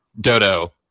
Dodo